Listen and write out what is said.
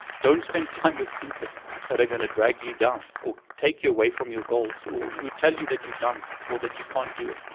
don't spend time with people that are going to drag you down, or take you away from your goals, or who tell you that you're dumb, or that you can't do it,